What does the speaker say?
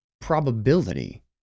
probability